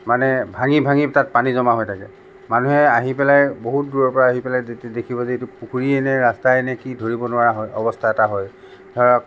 মানে ভাঙি ভাঙি তাত পানী জমা হৈ থাকে মানুহে আহি পেলাই বহুত দূৰৰপৰা আহি পেলাই যেতিয়া দেখিব যে এইটো পুখুৰীয়েই নে ৰাস্তাই নে কি ধৰিব নোৱাৰা হয় অৱস্থা এটা হয় ধৰক